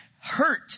Hurt